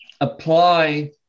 apply